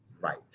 Right